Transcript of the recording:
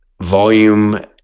volume